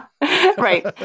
Right